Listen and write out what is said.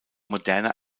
moderner